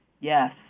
yes